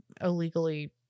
illegally